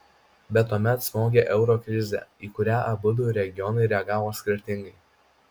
bet tuomet smogė euro krizė į kurią abudu regionai reagavo skirtingai